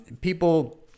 people